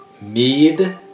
mead